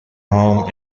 home